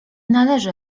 należy